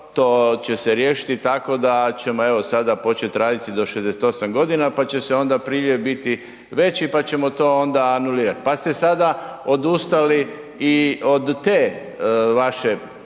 to će se riješiti tako da ćemo evo sada početi raditi do 68 g. pa će se onda priljev biti veći pa ćemo to onda anulirati pa ste sada odustali i od te vaše